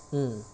mm